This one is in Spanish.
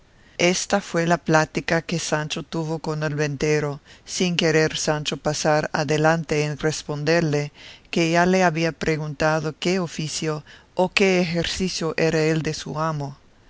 esta fue la plática que sancho tuvo con el ventero sin querer sancho pasar adelante en responderle que ya le había preguntado qué oficio o qué ejercicio era el de su amo